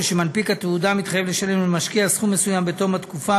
ומנפיק התעודה מתחייב לשלם למשקיע סכום מסוים בתום התקופה,